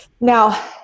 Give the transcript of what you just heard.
Now